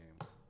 games